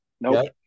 nope